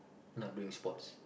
not doing sports